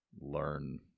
learn